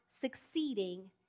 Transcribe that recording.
succeeding